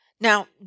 Now